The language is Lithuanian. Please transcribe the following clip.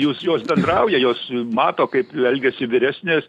juk jos bendrauja jos mato kaip elgiasi vyresnės